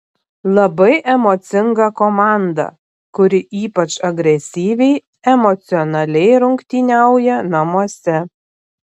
labai emocinga komanda kuri ypač agresyviai emocionaliai rungtyniauja namuose